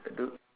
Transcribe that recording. uh do